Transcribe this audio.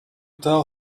tell